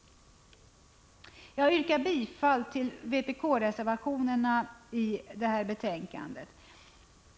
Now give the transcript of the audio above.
Jag yrkar bifall till vpk-reservationerna i detta betänkande.